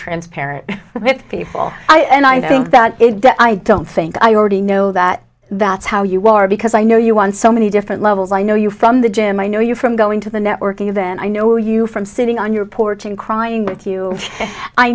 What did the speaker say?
transparent if i and i think that i don't think i already know that that's how you are because i know you won so many different levels i know you from the gym i know you from going to the networking event i know you from sitting on your porch and crying with you i